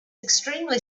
extremely